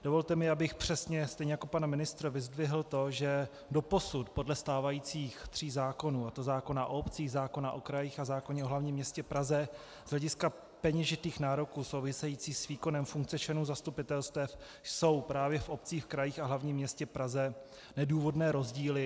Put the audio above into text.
Dovolte mi, abych přesně, stejně jako pan ministr, vyzdvihl to, že doposud podle stávajících tří zákonů, a to zákona o obcích, zákona o krajích a zákona o hlavním městě Praze, z hlediska peněžitých nároků souvisejících s výkonem funkce členů zastupitelstev jsou právě v obcích, krajích a hlavním městě Praze nedůvodné rozdíly.